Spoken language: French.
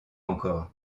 encore